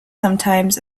sometimes